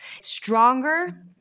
stronger